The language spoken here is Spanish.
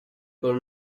con